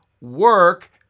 work